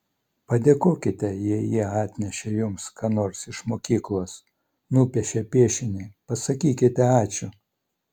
padėkokite jei jie atnešė jums ką nors iš mokyklos nupiešė piešinį pasakykite ačiū